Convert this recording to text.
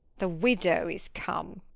the widow is come.